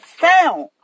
sound